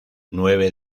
nueve